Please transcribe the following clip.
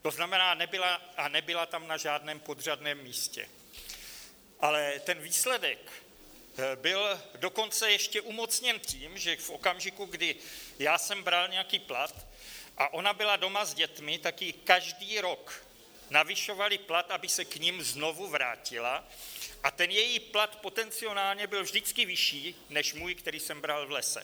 To znamená, nebyla tam na žádném podřadném místě, ale ten výsledek byl dokonce ještě umocněn tím, že v okamžiku, kdy já jsem bral nějaký plat a ona byla doma s dětmi, tak jí každý rok navyšovali plat, aby se k nim znovu vrátila, a ten její plat potenciálně byl vždycky vyšší než můj, který jsem bral v Lese.